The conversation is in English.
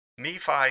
Nephi